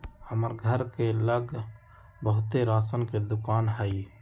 हमर घर के लग बहुते राशन के दोकान हई